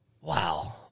Wow